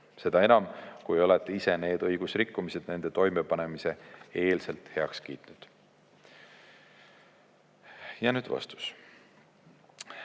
Seda enam, kui olete ise need õigusrikkumised nende toimepanemise eelselt heaks kiitnud." Ja nüüd vastus.